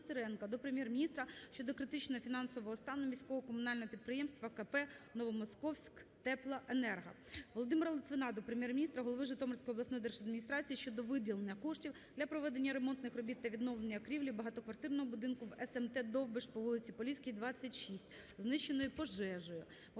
Володимира Литвина до Прем'єр-міністра, голови Житомирської обласної держадміністрації щодо виділення коштів для проведення ремонтних робіт та відновлення крівлі багатоквартирного будинку в смт Довбиш по вулиці Поліській, 26, знищеної пожежею.